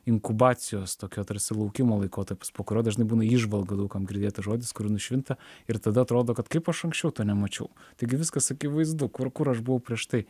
inkubacijos tokio tarsi laukimo laikotarpis po kurio dažnai būna įžvalga daug kam girdėtas žodis kur nušvinta ir tada atrodo kad kaip aš anksčiau to nemačiau taigi viskas akivaizdu kur kur aš buvau prieš tai